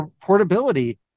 portability